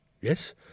yes